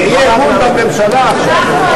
זה אי-אמון בממשלה.